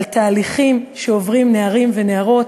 על תהליכים שעוברים נערים ונערות,